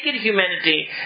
humanity